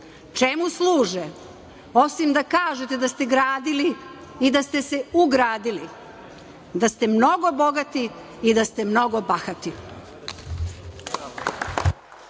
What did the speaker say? čemu služe osim da kažete da ste gradili i da ste se ugradili, da ste mnogo bogati i da ste mnogo bahati.